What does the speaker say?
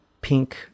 pink